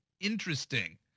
interesting